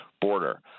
border